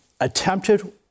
attempted